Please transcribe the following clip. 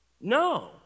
No